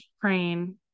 praying